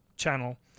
Channel